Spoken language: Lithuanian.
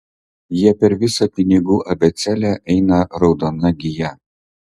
jie per visą pinigų abėcėlę eina raudona gija